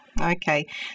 Okay